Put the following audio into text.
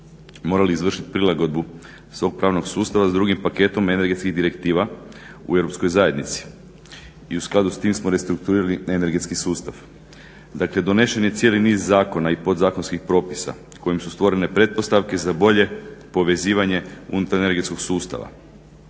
morali izvršiti prilagodbu svog pravnog sustava s drugim paketom energetskih direktiva u Europskoj zajednici i u skladu s tim smo restrukturirali energetski sustav. Dakle donesen je cijeli niz zakona i podzakonskih propisa kojim su stvorene pretpostavke za bolje povezivanje unutar energetskog sustava,